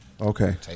Okay